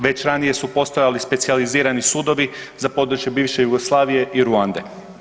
Već ranije su postojali specijalizirani sudovi za područje bivše Jugoslavije i Ruande.